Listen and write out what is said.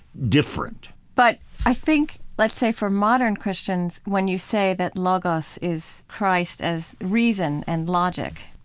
different but i think, let's say, for modern christians, when you say that logos is christ as reason and logic,